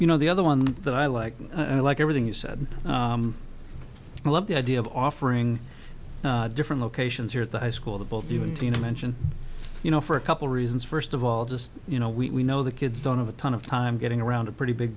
you know the other one that i like and i like everything you said i love the idea of offering different locations here at the high school that both you and tina mention you know for a couple reasons first of all just you know we know the kids don't have a ton of time getting around a pretty big